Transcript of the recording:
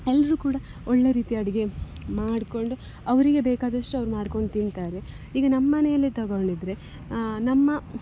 ಎಲ್ಲರೂ ಕೂಡ ಒಳ್ಳೆಯ ರೀತಿ ಅಡಿಗೆ ಮಾಡಿಕೊಂಡು ಅವರಿಗೆ ಬೇಕಾದಷ್ಟು ಅವ್ರು ಮಾಡ್ಕೊಂಡು ತಿನ್ನುತ್ತಾರೆ ಈಗ ನಮ್ಮನೆಯಲ್ಲೇ ತಗೊಂಡಿದ್ದರೆ ನಮ್ಮ